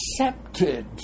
accepted